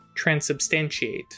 transubstantiate